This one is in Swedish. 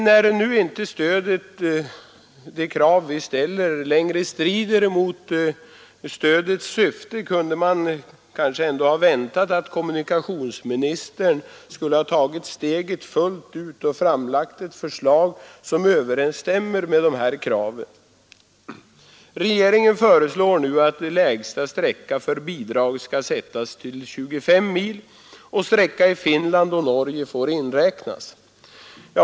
När nu våra krav inte längre står i strid med stödets syfte kunde man dock ha väntat att kommunikationsministern skulle ha tagit steget fullt ut och framlagt ett förslag som överensstämmer med oppositionens krav. Regeringen föreslår nu att lägsta sträcka för bidrag skall sättas till 25 mil och att sträcka i Finland och Norge får inräknas.